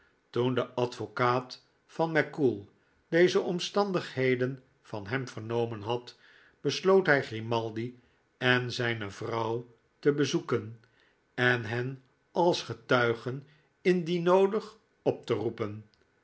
de advocaat van mackoull deze omstandigheden van hem vernomen had besloot hij grimaldi en zijne vrouw te bezoeken en hen als getuigen indien noodig op te roepen